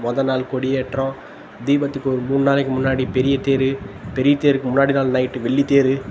மொதல் நாள் கொடியேற்றம் தீபத்துக்கு ஒரு மூணு நாளைக்கு முன்னாடி பெரிய தேர் பெரிய தேருக்கு முன்னாடி நாள் நைட்டு வெள்ளி தேர்